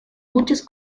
muchas